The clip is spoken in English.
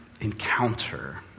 encounter